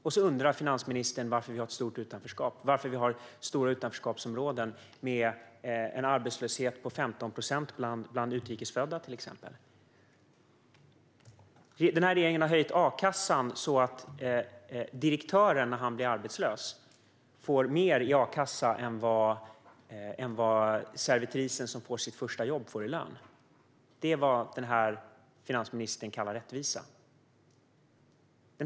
Och så undrar finansministern varför vi har ett stort utanförskap och stora utanförskapsområden med till exempel en arbetslöshet på 15 procent bland utrikesfödda. Regeringen har höjt a-kassan så att direktören när han blir arbetslös får mer i a-kassa än vad servitrisen som får sitt första jobb får i lön. Det är vad finansministern kallar rättvisa.